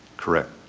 correct.